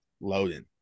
loading